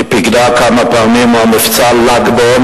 היא פיקדה כמה פעמים על מבצע ל"ג בעומר